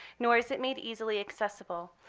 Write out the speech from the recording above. nor is it made easily accessible.